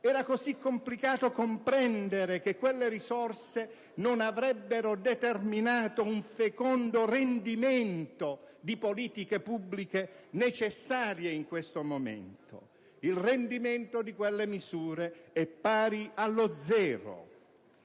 Era così complicato comprendere che quelle risorse non avrebbero determinato un fecondo rendimento di politiche pubbliche necessarie in questo momento? Il rendimento di quelle misure è pari allo zero.